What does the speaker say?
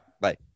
Bye